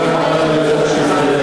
יותר שוויונית.